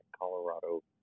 Colorado